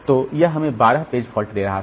तो यह हमें बारह पेज फॉल्ट दे रहा था